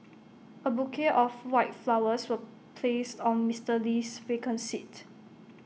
A bouquet of white flowers was placed on Mister Lee's vacant seat